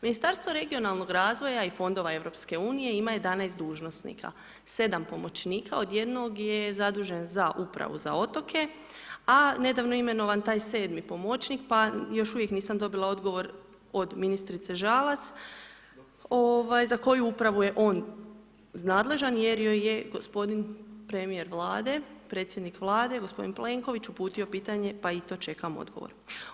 Ministarstvo regionalnoga razvoja i fondova Europske unije ima 11 dužnosnika, 7 pomoćnika od jednog je zadužen za Upravu za otoke a nedavno je imenovan taj 7 pomoćnik pa još uvijek nisam dobila odgovor od ministrice Žalac za koju upravu je on nadležan jer joj je gospodin premijer Vlade, predsjednik Vlade gospodin Plenković uputio pitanje pa i to čekam odgovor.